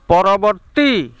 ପରବର୍ତ୍ତୀ